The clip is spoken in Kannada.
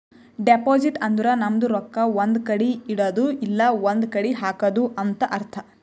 ಡೆಪೋಸಿಟ್ ಅಂದುರ್ ನಮ್ದು ರೊಕ್ಕಾ ಒಂದ್ ಕಡಿ ಇಡದ್ದು ಇಲ್ಲಾ ಒಂದ್ ಕಡಿ ಹಾಕದು ಅಂತ್ ಅರ್ಥ